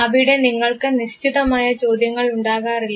അവിടെ നിങ്ങൾക്ക് നിശ്ചിതമായ ചോദ്യങ്ങൾ ഉണ്ടാകാറില്ല